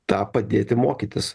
tą padėti mokytis